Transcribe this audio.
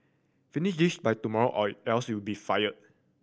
finish this by tomorrow or else you be fired